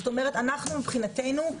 מבחינתנו,